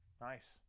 nice